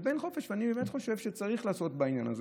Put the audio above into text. ואני באמת חושב שצריך לעשות בעניין הזה,